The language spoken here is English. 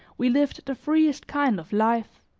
we lived the freest kind of life,